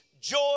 joy